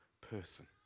person